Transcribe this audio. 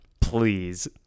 Please